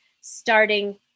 starting